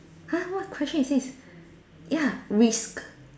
!huh! what question is this ya risk